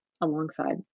alongside